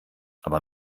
aber